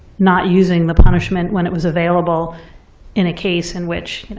not using the punishment when it was available in a case in which